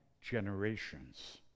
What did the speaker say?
generations